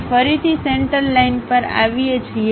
હવે ફરીથી centre line પર આવીએ છીએ